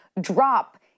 drop